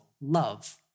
love